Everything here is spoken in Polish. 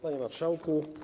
Panie Marszałku!